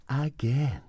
again